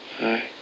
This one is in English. Hi